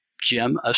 Jim